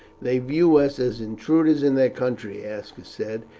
they view us as intruders in their country, aska said,